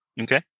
Okay